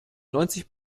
neunzig